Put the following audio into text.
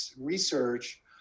research